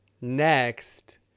next